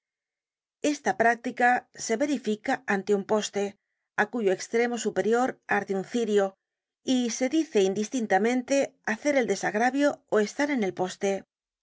esta práctica se verifica ante un poste á cuyo estremo superior arde un cirio y se dice indistintamente hacer el desagravio ó estar en el pos